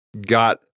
got